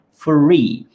free